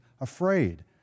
afraid